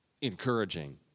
encouraging